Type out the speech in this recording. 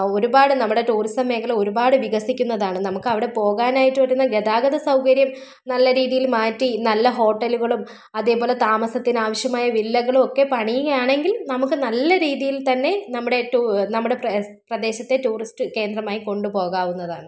ഒരുപാട് നമ്മുടെ ടൂറിസം മേഖല ഒരുപാട് വികസിക്കുന്നതാണ് നമുക്ക് അവിടെ പോകാനായിട്ട് വരുന്ന ഗതാഗത സൗകര്യം നല്ല രീതിയിൽ മാറ്റി നല്ല ഹോട്ടലുകളും അതേപോലെ താമസത്തിന് ആവശ്യമായ വില്ലകളും ഒക്കെ പണിയുകയാണെങ്കിൽ നമുക്ക് നല്ല രീതിയിൽ തന്നെ നമ്മുടെ ടു നമ്മുടെ പ്ര പ്രദേശത്തെ ടൂറിസ്റ്റ് കേന്ദ്രമായി കൊണ്ട് പോകാവുന്നതാണ്